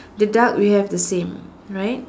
the duck we have the same right